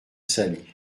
salée